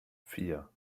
vier